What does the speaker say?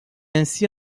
ainsi